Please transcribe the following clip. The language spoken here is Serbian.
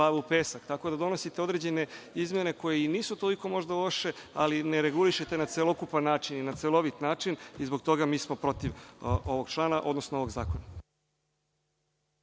u pesak. Tako da, donosite određene izmene koje i nisu toliko možda loše, ali ne regulišete na celokupan način i na celovit način i zbog toga smo mi protiv ovog člana, odnosno ovog zakona.